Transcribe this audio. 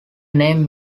name